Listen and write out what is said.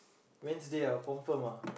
Wednesday ah confirm ah